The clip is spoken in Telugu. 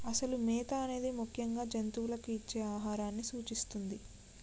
అసలు మేత అనేది ముఖ్యంగా జంతువులకు ఇచ్చే ఆహారాన్ని సూచిస్తుంది